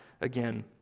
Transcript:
again